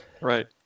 right